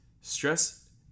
stress